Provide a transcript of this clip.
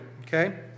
Okay